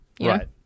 Right